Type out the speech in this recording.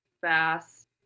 fast